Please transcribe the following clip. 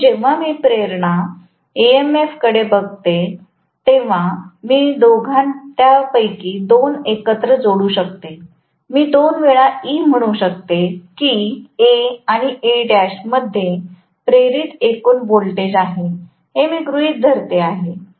म्हणून जेव्हा मी प्रेरणा ईएमएफ कडे बघते तेव्हा मी त्यापैकी दोन एकत्र जोडू शकते मी दोन वेळा E म्हणू शकते की A आणि Al मध्ये प्रेरित एकूण व्होल्टेज आहे हे मी गृहित धरत आहे